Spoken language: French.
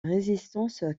résistance